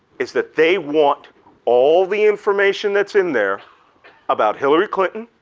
is that they want all the information that's in there about hillary clinton